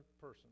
person